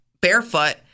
barefoot